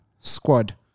squad